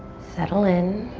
settle in